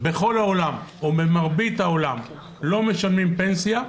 בכל העולם או במרבית העולם לא משלמים פנסיה,